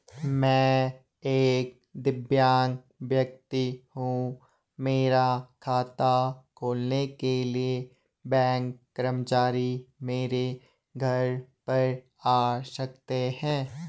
मैं एक दिव्यांग व्यक्ति हूँ मेरा खाता खोलने के लिए बैंक कर्मचारी मेरे घर पर आ सकते हैं?